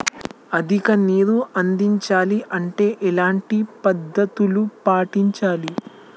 అధిక నీరు అందించాలి అంటే ఎలాంటి పద్ధతులు పాటించాలి?